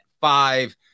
five